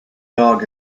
dog